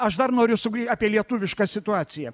aš dar noriu sugrį apie lietuvišką situaciją